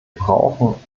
brauchen